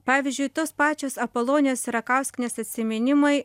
pavyzdžiui tos pačios apolonijos sierakauskienės atsiminimai